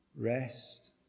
rest